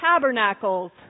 tabernacles